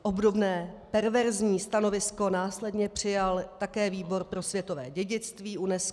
Obdobné perverzní stanovisko následně přijal také Výbor pro světové dědictví UNESCO.